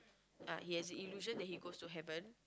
ah he has the illusion that he goes to Heaven